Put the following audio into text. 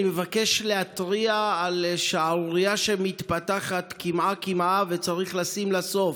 אני מבקש להתריע על שערורייה שמתפתחת קמעה-קמעה וצריך לשים לה סוף.